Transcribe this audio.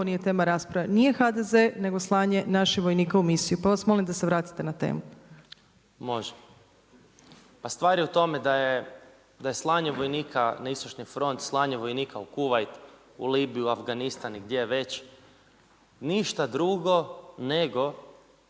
ovo nije tema rasprave. Nije HDZ, nego slanje naših vojnika u misiju, pa vas molim da se vratite na temu./… Može. Pa stvar je u tome da je slanje vojnika na istočni front slanje vojnika u Kuvajt, u Libiju, u Afganistan i gdje već ništa drugo nego